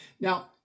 Now